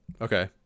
Okay